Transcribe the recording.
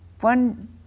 One